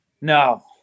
no